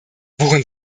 worin